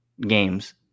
games